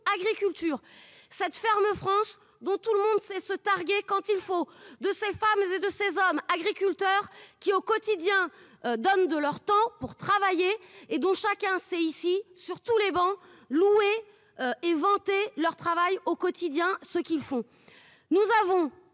Agriculture ça te faire le France dont tout le monde sait se targuer quand il le faut, de ces femmes et de ces hommes agriculteurs qui, au quotidien, donnent de leur temps pour travailler et dont chacun sait ici sur tous les bancs, loués éventé leur travail au quotidien ce qu'ils font,